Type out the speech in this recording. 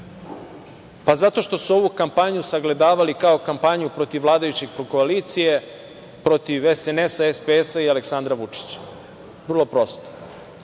Zato što su ovu kampanju sagledavali kao kampanju protiv vladajuće koalicije, protiv SNS, SPS i Aleksandra Vučića. Vrlo prosto.